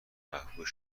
محبوب